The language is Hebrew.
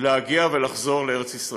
להגיע ולחזור לארץ ישראל.